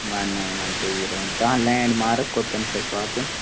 وَن nine one two zero one کانٛہہ landmark کوٚتَن چھُ اَسہِ واتُن